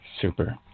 Super